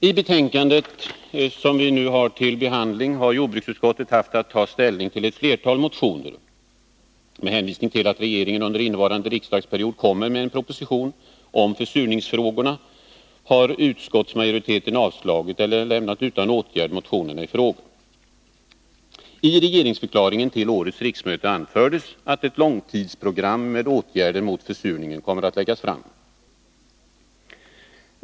I betänkandet som vi nu har till behandling har jordbruksutskottet haft att ta ställning till ett flertal motioner. Med hänvisning till att regeringen under innevarande riksdagsperiod kommer med en proposition om försurningsfrågorna har utskottsmajoriteten föreslagit att riksdagen skall avslå motionerna eller lämna dem utan åtgärd. I regeringsförklaringen till årets riksmöte anfördes att ett långtidsprogram med åtgärder mot försurningen kommer att läggas fram.